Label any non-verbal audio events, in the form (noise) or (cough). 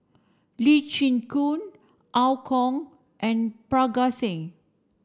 Lee Chin Koon (unintelligible) Kong and Parga Singh